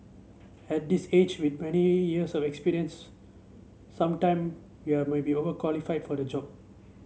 at this age with many years of experience some time we are maybe overqualified for the job